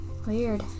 Weird